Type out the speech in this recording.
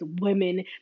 women